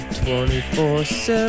24-7